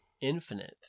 infinite